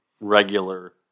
regular